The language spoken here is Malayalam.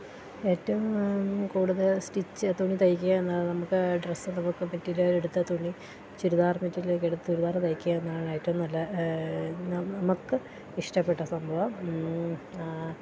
ഏറ്റവും കൂടുതൽ സ്റ്റിച്ച് തുണി തയ്ക്കുക എന്നത് നമുക്ക് ഡ്രസ്സ് നമുക്ക് മെറ്റീരിയലെടുത്ത് തുണി ചുരിദാറ് മെറ്റീരിയൽ ഒക്കെ എടുത്ത് ചുരിദാറ് തയ്ക്കാന്നാണ് ഏറ്റവും നല്ല നാം നമുക്ക് ഇഷ്ടപ്പെട്ട സംഭവം